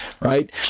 right